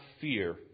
fear